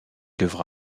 devra